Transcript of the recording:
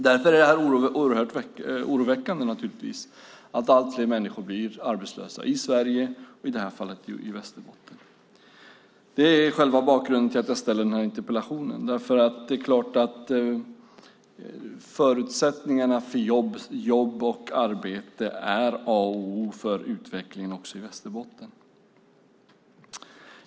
Därför är det naturligtvis oerhört oroväckande att allt fler människor blivit arbetslösa i Sverige och i detta fall i Västerbotten. Det är själva bakgrunden till att jag har ställt interpellationen. Förutsättningarna för jobb och arbete är A och O för utvecklingen också i Västerbotten.